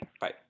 Bye